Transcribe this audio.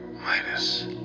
minus